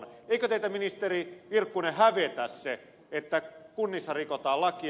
eikö teitä ministeri virkkunen hävetä se että kunnissa rikotaan lakia